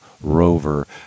Rover